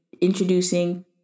introducing